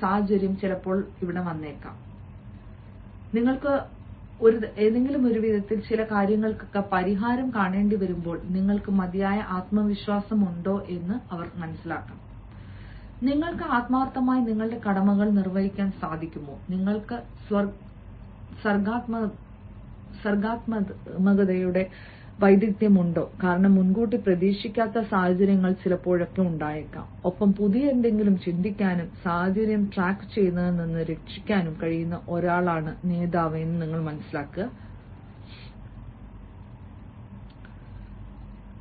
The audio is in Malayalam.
സാഹചര്യം ആവശ്യപ്പെടുമ്പോൾ നിങ്ങൾക്ക് ഒരുതരം പരിഹാരം കാണേണ്ടിവരുമ്പോൾ നിങ്ങൾക്ക് മതിയായ ആത്മവിശ്വാസമുണ്ട് നിങ്ങൾ ആത്മാർത്ഥമായി നിങ്ങളുടെ കടമകൾ നിർവഹിച്ചിട്ടുണ്ടോ നിങ്ങൾക്ക് സർഗ്ഗാത്മകതയുടെ വൈദഗ്ദ്ധ്യം ഉണ്ടോ കാരണം മുൻകൂട്ടി പ്രതീക്ഷിക്കാത്ത സാഹചര്യങ്ങൾ എല്ലായ്പ്പോഴും ഉണ്ട് ഒപ്പം പുതിയ എന്തെങ്കിലും ചിന്തിക്കാനും സാഹചര്യം ട്രാക്കുചെയ്യുന്നതിൽ നിന്ന് രക്ഷിക്കാനും കഴിയുന്ന ഒരാളാണ് നേതാവ് അല്ലെങ്കിൽ എന്തെങ്കിലുമൊക്കെ ആഗ്രഹിക്കുന്ന ആളാണ്